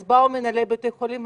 אז באו מנהלי בתי החולים,